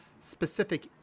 specific